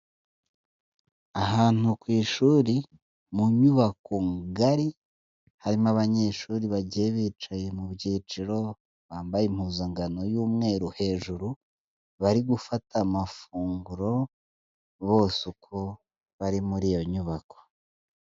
Ahantu ku ishuri mu nyubako ngari harimo abanyeshuri bagiye bicaye mu byiciro, bambaye impuzangano y'umweru hejuru, bari gufata amafunguro bose uko bari muri iyo nyubako.